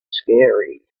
scary